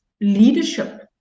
leadership